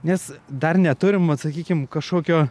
nes dar neturim vat sakykim kažkokio